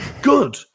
Good